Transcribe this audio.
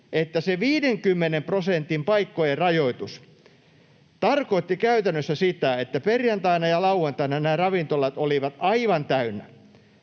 että se 50 prosentin paikkojen rajoitus tarkoitti käytännössä sitä, että perjantaina ja lauantaina nämä ravintolat olivat aivan täynnä.